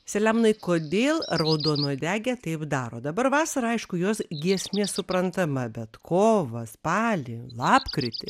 selemonai kodėl raudonuodegė taip daro dabar vasarą aišku jos giesmė suprantama bet kovą spalį lapkritį